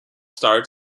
start